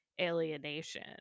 alienation